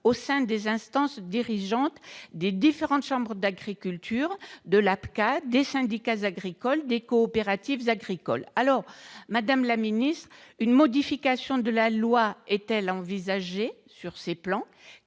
au sein des instances dirigeantes des différentes chambres d'agriculture, de l'APCA, des syndicats agricoles, des coopératives agricoles. Madame la secrétaire d'État, une modification de la loi est-elle envisagée sur ce plan ?